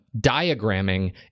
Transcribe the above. diagramming